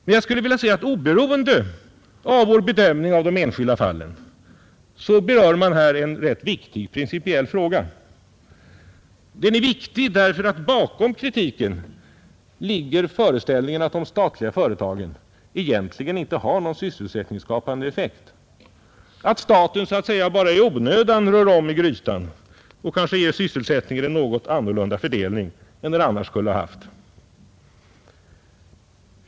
Men jag vill säga att oberoende av vår bedömning av de enskilda fallen berör man här en rätt viktig principiell fråga. Den är viktig därför att 21 bakom kritiken ligger föreställningen att de statliga företagen egentligen inte har någon sysselsättningsskapande effekt, att staten bara så att säga i onödan rör om i grytan och kanske ger sysselsättningen en något annorlunda fördelning än den annars skulle ha haft.